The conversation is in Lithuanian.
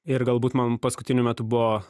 ir galbūt man paskutiniu metu buvo